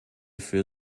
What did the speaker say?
für